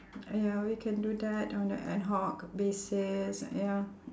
ya we can do that on a ad hoc basis ya